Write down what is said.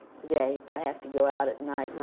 today, if i have to go out at night.